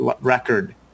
record